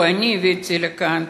או אני הבאתי לכאן,